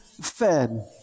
fed